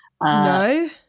No